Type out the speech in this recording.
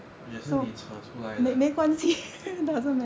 也是你扯出来的